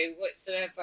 whatsoever